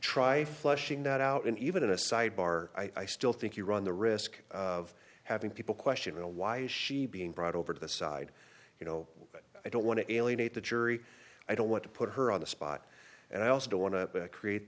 try flushing that out in even a sidebar i still think you run the risk of having people question you know why is she being brought over to the side you know i don't want to alienate the jury i don't want to put her on the spot and i also don't want to create